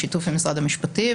בשיתוף עם משרד המשפטים,